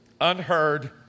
unheard